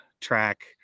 track